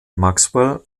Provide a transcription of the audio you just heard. maxwell